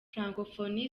francophonie